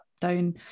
down